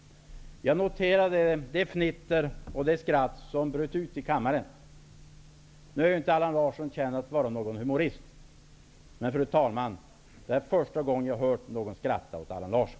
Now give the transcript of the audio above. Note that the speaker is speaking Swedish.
Jag noterade det fnitter och det skratt som bröt ut i kammaren. Allan Larsson är inte känd för att vara någon humorist. Och, fru talman, det är fösta gången som jag hört någon skratta åt Allan